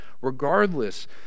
regardless